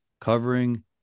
covering